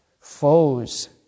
foes